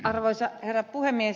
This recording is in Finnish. arvoisa herra puhemies